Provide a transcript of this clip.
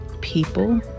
people